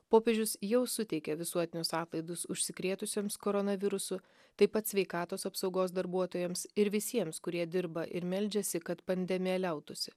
popiežius jau suteikė visuotinius atlaidus užsikrėtusiems koronavirusu taip pat sveikatos apsaugos darbuotojams ir visiems kurie dirba ir meldžiasi kad pandemija liautųsi